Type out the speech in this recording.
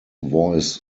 voice